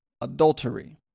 adultery